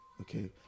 okay